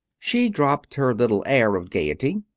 she dropped her little air of gayety.